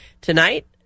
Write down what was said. Tonight